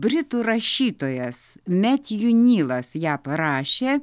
britų rašytojas metju nylas ją parašė